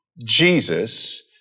Jesus